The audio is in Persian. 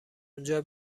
اونجا